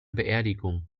beerdigung